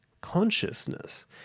consciousness